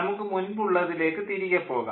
നമുക്ക് മുൻപുള്ളതിലേക്ക് തിരികെ പോകാം